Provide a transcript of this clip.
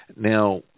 Now